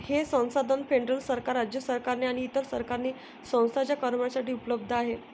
हे संसाधन फेडरल सरकार, राज्य सरकारे आणि इतर सरकारी संस्थांच्या कर्मचाऱ्यांसाठी उपलब्ध आहे